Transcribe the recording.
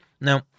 Now